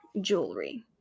jewelry